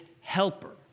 helper